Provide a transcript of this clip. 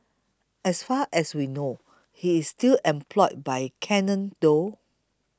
as far as we know he's still employed by Canon though